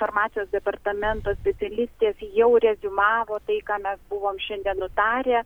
farmacijos departamento specialistės jau reziumavo tai ką mes buvom šiandien nutarę